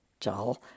dull